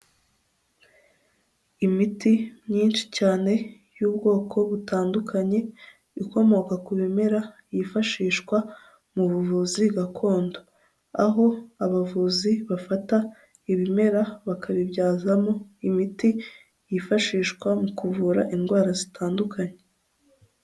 Imiti myinshi cyane y'ubwoko butandukanye ikomoka ku bimera yifashishwa mu buvuzi gakondo aho abavuzi bafata ibimera bakabibyazamo imiti yifashishwa mu kuvura indwara zitandukanye.